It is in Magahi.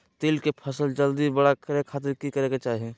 तिल के फसल जल्दी बड़े खातिर की करे के चाही?